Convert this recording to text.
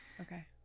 okay